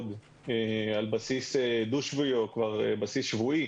על בסיס דו-שבועי או כבר על בסיס שבועי